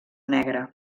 negre